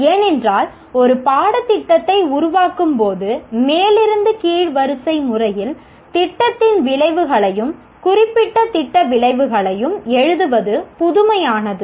ஏனென்றால் ஒரு பாடத்திட்டத்தை உருவாக்கும்போது மேலிருந்து கீழ் வரிசை முறையில் திட்ட விளைவுகளையும் குறிப்பிட்ட திட்ட விளைவுகளையும் எழுதுவது புதுமையானது